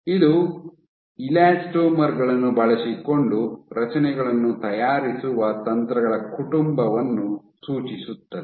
ಇದು ಎಲಾಸ್ಟೊಮರ್ ಗಳನ್ನು ಬಳಸಿಕೊಂಡು ರಚನೆಗಳನ್ನು ತಯಾರಿಸುವ ತಂತ್ರಗಳ ಕುಟುಂಬವನ್ನು ಸೂಚಿಸುತ್ತದೆ